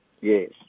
Yes